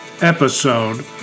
episode